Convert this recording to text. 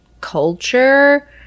culture